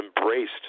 embraced